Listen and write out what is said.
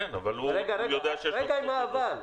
כן, אבל הוא יודע -- רגע, עם ה"אבל".